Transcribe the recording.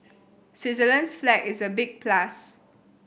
Switzerland's flag is a big plus